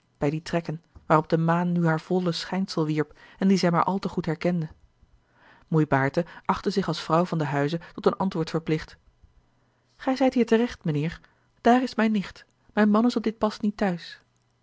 bij die trekken waarop de maan nu haar volle schijnsel wierp en die zij maar al te goed herkende oei aerte achtte zich als vrouw van den huize tot een antwoord verplicht gij zijt hier terecht mijnheer daar is mijne nicht mijn man is op dit pas niet thuis